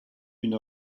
une